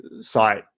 site